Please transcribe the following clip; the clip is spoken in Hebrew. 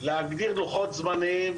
להגדיר לוחות זמנים,